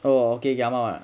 oh okay ஆமாவா:aamaavaa